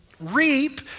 reap